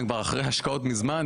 הם כבר אחרי השקעות ממזמן,